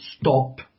stop